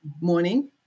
morning